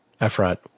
Efrat